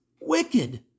wicked